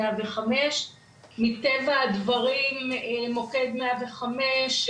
105. מטבע הדברים מוקד 105,